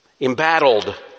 embattled